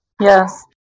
yes